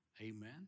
Amen